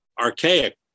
Archaic